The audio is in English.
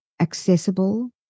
accessible